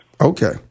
Okay